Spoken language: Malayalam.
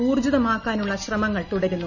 ഊർജ്ജിതമാക്കാനുള്ള ശ്രമങ്ങൾ തുടരുന്നു